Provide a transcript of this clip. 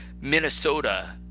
minnesota